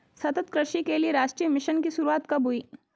सतत कृषि के लिए राष्ट्रीय मिशन की शुरुआत कब हुई?